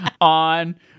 on